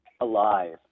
alive